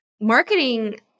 marketing